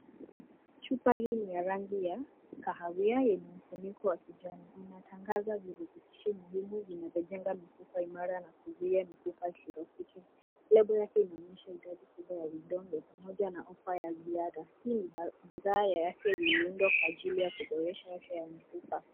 Chupa hii ni ya rangi ya kahawia yenye mfuniko wa kijani. Inatangaza virutubisho muhimu vinavyojenga mifupa imara na kuzuia mifupa isidhoofike. Lebo yake inaonyesha idadi kubwa ya vidonge pamoja na ofa ya ziada. Hii ni bidhaa ya afya iliundwa kwa ajili ya kuboresha afya ya mfupa.